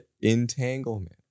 entanglement